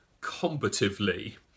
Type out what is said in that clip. combatively